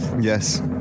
Yes